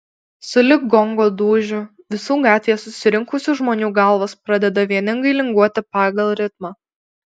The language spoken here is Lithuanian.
sulig gongo dūžiu visų gatvėje susirinkusių žmonių galvos pradeda vieningai linguoti pagal ritmą